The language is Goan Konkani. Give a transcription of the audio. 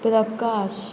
प्रकाश